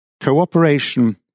Cooperation